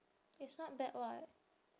it's not bad [what]